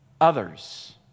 others